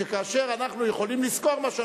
שכאשר אנחנו יכולים לשכור משהו,